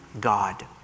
God